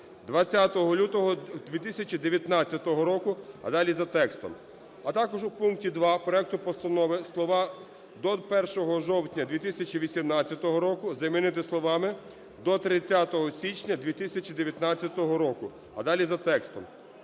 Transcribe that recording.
"20 лютого 2019 року", а далі за текстом. А також у пункті 2 проекту постанови слова "до 1 жовтня 2018 року" замінити словами "до 30 січня 2019 року", а далі за текстом.